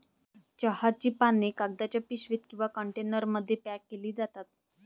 चहाची पाने कागदाच्या पिशवीत किंवा कंटेनरमध्ये पॅक केली जातात